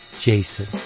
Jason